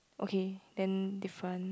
okay then different